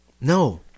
No